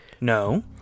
No